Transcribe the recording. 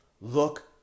Look